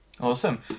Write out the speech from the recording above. Awesome